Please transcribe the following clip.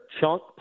chunk